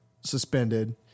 suspended